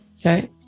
Okay